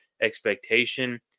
expectation